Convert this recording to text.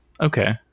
Okay